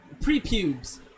Pre-pubes